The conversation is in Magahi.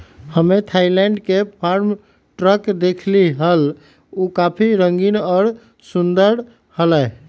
हम्मे थायलैंड के फार्म ट्रक देखली हल, ऊ काफी रंगीन और सुंदर हलय